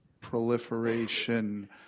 proliferation